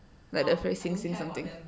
like the friend try say something